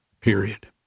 period